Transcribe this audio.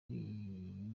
yari